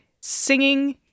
Singing